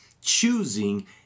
choosing